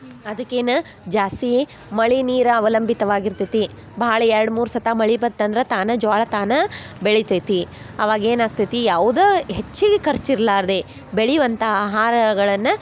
ಅದಕ್ಕೆ ಏನು ಜಾಸ್ತಿ ಮಳಿ ನೀರು ಅವಲಂಬಿತವಾಗಿರ್ತೈತಿ ಭಾಳ ಎರಡು ಮೂರು ಸರ್ತಿ ಮಳೆ ಬಂತಂದ್ರ ತಾನ ಜ್ವಾಳ ತಾನ ಬೆಳಿತೈತಿ ಅವಾಗ ಏನು ಆಗ್ತೈತಿ ಯಾವುದೋ ಹೆಚ್ಚಿಗಿ ಖರ್ಚ್ ಇರ್ಲಾರ್ದೆ ಬೆಳೆಯುವಂಥಾ ಆಹಾರಗಳನ್ನ